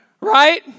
right